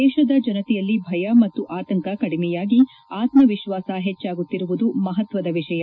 ದೇಶದ ಜನತೆಯಲ್ಲಿ ಭಯ ಮತ್ತು ಆತಂಕ ಕಡಿಮೆಯಾಗಿ ಆತ್ಸವಿಶ್ವಾಸ ಪೆಚ್ಚಾಗುತ್ತಿರುವುದು ಮಹತ್ತದ ವಿಷಯ